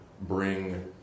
bring